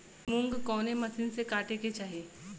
मूंग कवने मसीन से कांटेके चाही?